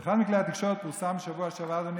באחד מכלי התקשורת פורסם בשבוע שעבר,